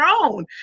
own